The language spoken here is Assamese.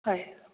হয়